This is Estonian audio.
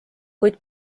kuid